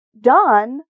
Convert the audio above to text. done